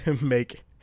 make